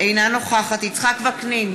אינה נוכחת יצחק וקנין,